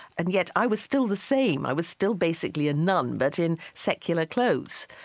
and yet i was still the same. i was still basically a nun, but in secular clothes,